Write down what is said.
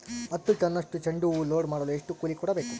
ಹತ್ತು ಟನ್ನಷ್ಟು ಚೆಂಡುಹೂ ಲೋಡ್ ಮಾಡಲು ಎಷ್ಟು ಕೂಲಿ ಕೊಡಬೇಕು?